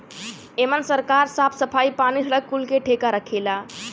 एमन सरकार साफ सफाई, पानी, सड़क कुल के ठेका रखेला